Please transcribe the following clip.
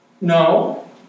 No